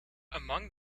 among